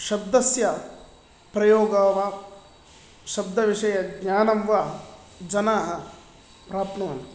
शब्दस्य प्रयोगा वा शब्दविषये ज्ञानं वा जनाः प्राप्नुवन्ति